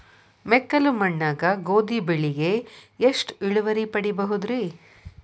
ಮೆಕ್ಕಲು ಮಣ್ಣಾಗ ಗೋಧಿ ಬೆಳಿಗೆ ಎಷ್ಟ ಇಳುವರಿ ಪಡಿಬಹುದ್ರಿ?